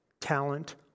talent